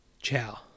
Ciao